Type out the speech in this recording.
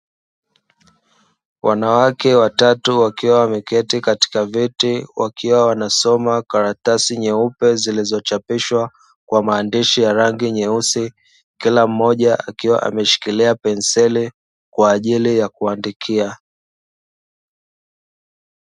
Wanawake watatu wakiwa wameketi katika viti, wakiwa wanasoma karatasi nyeupe zilizochapishwa kwa maandishi ya rangi nyeusi. Kila mmoja akiwa ameshikilia penseli kwa ajili ya kuandikia.